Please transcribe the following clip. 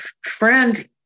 friend